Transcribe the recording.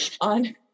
On